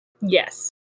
Yes